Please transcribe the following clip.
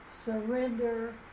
Surrender